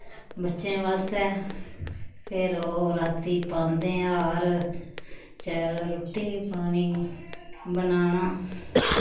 बच्चें बास्तै फिर ओह् रातीं पांदे हार शैल रुट्टी पानी बनाना